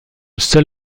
seul